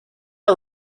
our